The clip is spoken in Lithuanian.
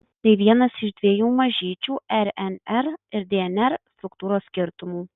tai vienas iš dviejų mažyčių rnr ir dnr struktūros skirtumų